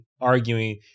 arguing